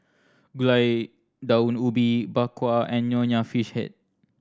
Gulai Daun Ubi Bak Kwa and Nonya Fish Head